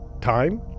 Time